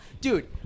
Dude